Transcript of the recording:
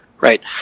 right